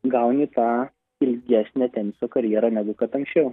gauni tą ilgesnę teniso karjerą negu kad anksčiau